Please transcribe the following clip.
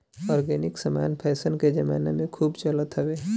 organic समान fashion के जमाना में खूब चलत हवे